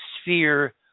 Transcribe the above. sphere